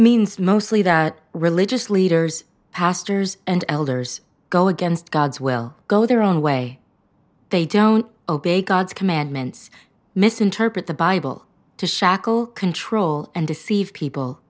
means mostly that religious leaders pastors and elders go against god's will go their own way they don't obey god's commandments misinterpret the bible to shackle control and deceive people